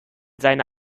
seine